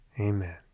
Amen